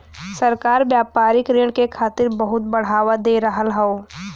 सरकार व्यापारिक ऋण के खातिर बहुत बढ़ावा दे रहल हौ